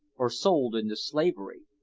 or sold into slavery.